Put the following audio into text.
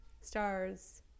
Stars